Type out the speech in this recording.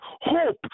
hope